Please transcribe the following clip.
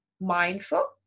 mindful